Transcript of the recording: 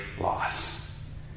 loss